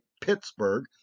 Pittsburgh